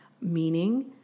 meaning